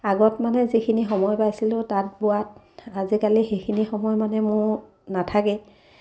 আগত মানে যিখিনি সময় পাইছিলোঁ তাঁত বোৱাত আজিকালি সেইখিনি সময় মানে মোৰ নাথাকে